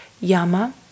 yama